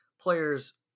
players